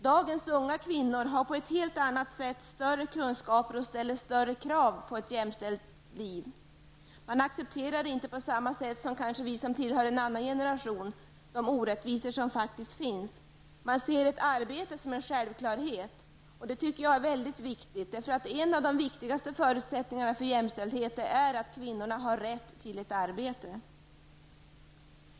Dagens unga kvinnor har större kunskaper och ställer större krav på ett jämställt liv. Man accepterar inte på samma sätt som vi som tillhör en annan generation de orättvisor som faktiskt finns. Man ser ett arbete som en självklarhet, och det tycker jag är viktigt -- en av de viktigaste förutsättningarna för jämställdhet är att kvinnorna har rätt till ett arbete.